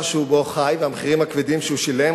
שהוא חי בו והמחירים הכבדים שהוא שילם,